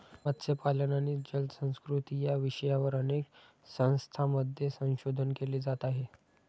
मत्स्यपालन आणि जलसंस्कृती या विषयावर अनेक संस्थांमध्ये संशोधन केले जात आहे